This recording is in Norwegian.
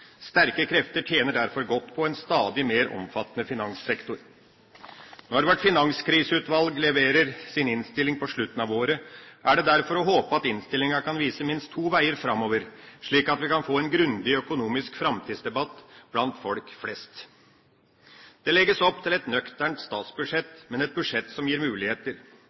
Sterke krefter tjener derfor godt på en stadig mer omfattende finanssektor. Når Finanskriseutvalget leverer sin innstilling på slutten av året, er det derfor å håpe at innstillinga kan vise minst to veier framover, slik at vi kan få en grundig økonomisk framtidsdebatt blant folk flest. Det legges opp til et nøkternt statsbudsjett, men et budsjett som gir muligheter.